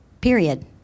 period